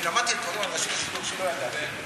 ואני למדתי דברים על רשות השידור שלא ידעתי.